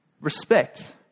Respect